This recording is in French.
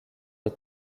est